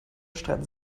streiten